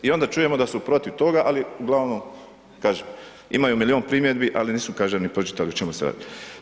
I onda čujemo da su protiv toga, ali ugl. kažem imaju milijun primjedbi, ali nisu, kažem, ni pročitali o čemu se radi.